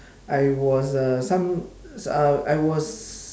I was a some s~ uh I was